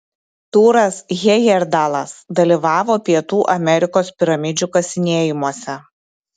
tūras hejerdalas dalyvavo pietų amerikos piramidžių kasinėjimuose